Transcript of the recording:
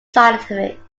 scientific